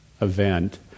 event